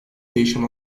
değişim